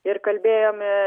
ir kalbėjome